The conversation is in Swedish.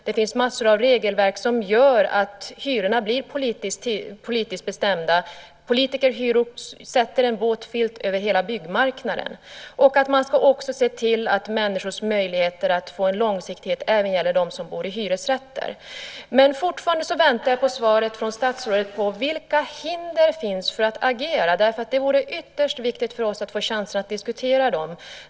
Det finns massor av regelverk som gör att hyrorna blir politiskt bestämda. Politiker lägger en våt filt över hela byggmarknaden. Man ska se till att människors möjligheter att få en långsiktighet även gäller dem som bor i hyresrätter. Men fortfarande väntar jag på svaret från statsrådet om vilka hinder som finns för att agera. Det vore ytterst viktigt för oss att få chansen att diskutera dem.